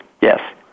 Yes